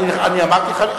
אני אמרתי, חלילה?